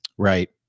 Right